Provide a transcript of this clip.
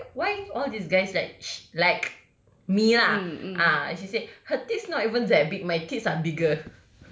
why why all these guys li~ like me lah ah she said her tits not even that big my tits are bigger